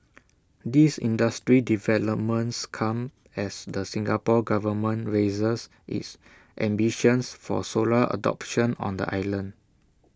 these industry developments come as the Singapore Government raises its ambitions for solar adoption on the island